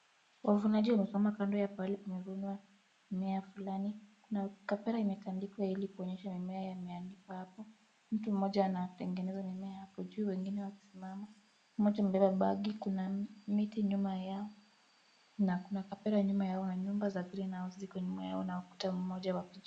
Wavunaji wamesimama kando ya pale pamevunwa mimea fulani. Kuna kapera imetandikwa ili kuonyesha mimea yameandikwa hapo. Mtu mmoja anatengeneza mimea hapo juu, wengine wakisimama. Mmoja amebeba bagi. Kuna miti nyuma yao na kuna kapera nyuma yao na nyumba za greenhouse ziko nyuma yao na ukuta mmoja wa kiji.